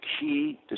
key